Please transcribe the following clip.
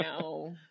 No